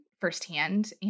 firsthand